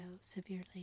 severely